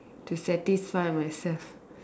to satisfy myself